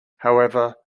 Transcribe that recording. however